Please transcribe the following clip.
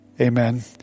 amen